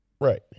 Right